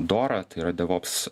dora tai yra devops